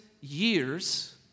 years